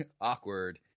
Awkward